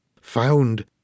found